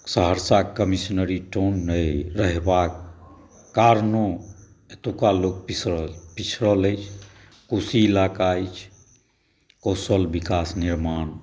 Saharsa commissionery town रहबाक कारणो एतुका लोक पिछड़ल अछि कोशी इलाका अछि कौशल विकास निर्माण